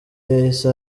yahise